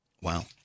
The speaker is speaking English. Wow